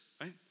right